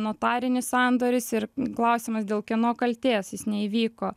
notarinis sandoris ir klausimas dėl kieno kaltės jis neįvyko